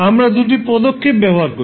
আমরা দুটি পদক্ষেপ ব্যবহার করি